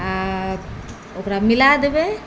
आओर ओकरामे मिला देबै